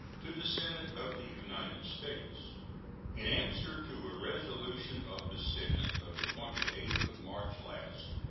to the senate of the united states in answer to a resolution of the senate of the twenty eighth of march last,